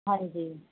ਹਾਂਜੀ